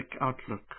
outlook